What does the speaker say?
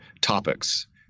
topics